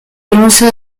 pronuncia